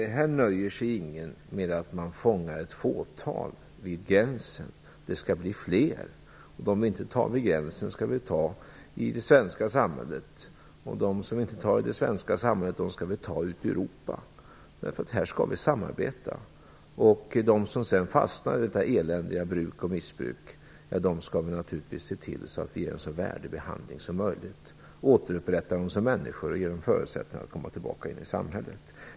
Här nöjer sig ingen med att man fångar ett fåtal vid gränsen. Det skall bli fler som fångas, och dem vi inte tar vid gränsen skall vi ta i det svenska samhället. Och dem vi inte tar i det svenska samhället skall vi ta ute i Europa. Här skall vi samarbeta. Personer som fastnar i detta eländiga bruk och missbruk skall vi naturligtvis se till att ge en så värdig behandling som möjligt, återupprätta dem som människor och ge dem förutsättningar att komma tillbaka in i samhället.